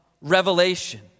revelation